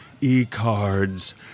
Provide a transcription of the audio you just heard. e-cards